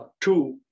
two